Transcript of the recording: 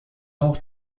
auch